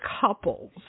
couples